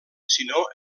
sinó